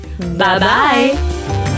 Bye-bye